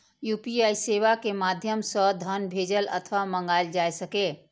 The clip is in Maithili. यू.पी.आई सेवा के माध्यम सं धन भेजल अथवा मंगाएल जा सकैए